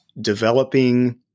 developing